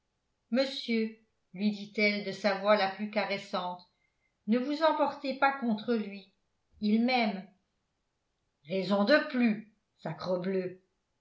monsieur lui dit-elle de sa voix la plus caressante ne vous emportez pas contre lui il m'aime raison de plus sacrebleu